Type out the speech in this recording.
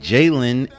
Jalen